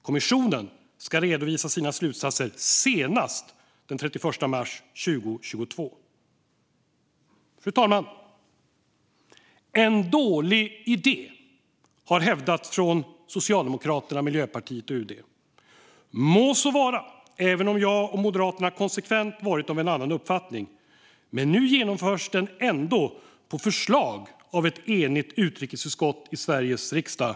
Kommissionen ska redovisa sina slutsatser senast den 31 mars 2022." Fru talman! Detta är en dålig idé, har det hävdats från Socialdemokraterna, Miljöpartiet och UD. Må så vara, även om jag och Moderaterna konsekvent varit av annan uppfattning. Men nu genomförs den ändå på förslag av ett enigt utrikesutskott i Sveriges riksdag!